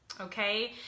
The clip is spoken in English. okay